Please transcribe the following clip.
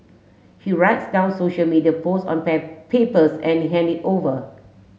he writes down social media posts on papers and hand it over